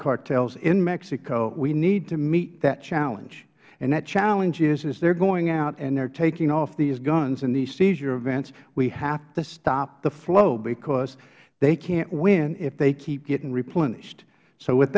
cartels in mexico we need to meet that challenge and that challenge is they're going out and they're taking off these guns in these seizure events we have to stop the flow because they can't win if they keep getting